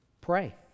pray